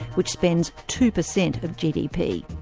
which spends two percent of gdp.